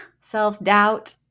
self-doubt